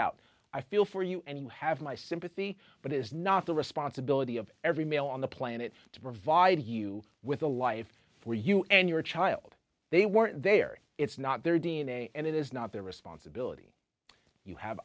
out i feel for you and you have my sympathy but it is not the responsibility of every male on the planet to provide you with a life for you and your child they were there it's not their d n a and it is not their responsibility you have